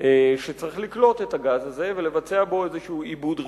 שצריך לקלוט את הגז הזה ולבצע בו איזה עיבוד ראשוני.